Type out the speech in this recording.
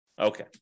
Okay